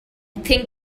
think